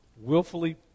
willfully